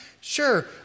Sure